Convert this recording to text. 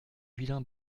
vilain